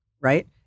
right